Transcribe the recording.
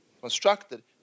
constructed